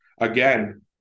Again